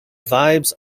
vibes